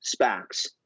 SPACs